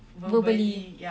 verbally